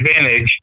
advantage